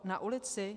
Na ulici?